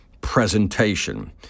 presentation